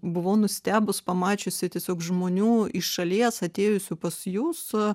buvau nustebus pamačiusi tiesiog žmonių iš šalies atėjusių pas jus